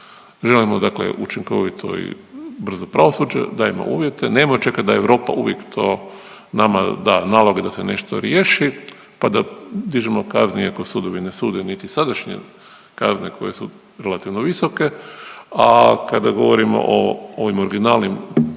Želimo dakle učinkovito i brzo pravosuđe, dajemo uvjete, nemojmo čekat da Europa uvijek to nama da naloge da se nešto riješi, pa da dižemo kazne iako sudovi ne sude niti sadašnje kazne koje su relativno visoke, a kada govorimo o ovim originalnim doprinosima,